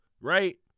Right